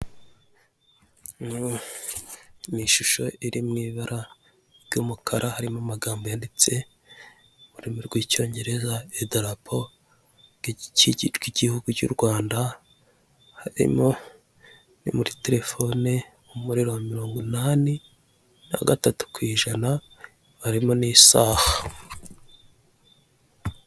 Ni ishusho iri mu ibara ry'umukara harimo amagambo yanditse mu rurimi rw'icyongereza' adarapo ry'igihugu cy'u Rwanda, harimo no muri telefoni muri wa mirongo inani na gatatu ku ijana, harimo n'isaha.